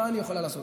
מה אני יכולה לעשות?